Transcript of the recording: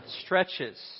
stretches